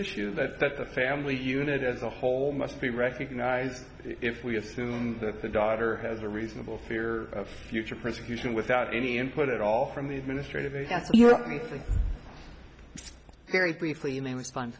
issue that family unit as a whole must be recognized if we assume that the daughter has a reasonable fear of future persecution without any input at all from the administrative you're very briefly